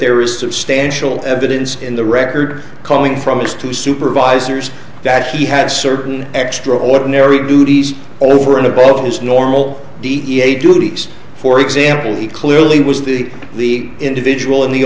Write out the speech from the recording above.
there is substantial evidence in the record calling from his two supervisors that he had certain extraordinary duties over and above his normal d e a duties for example he clearly was the the individual in the